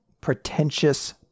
pretentious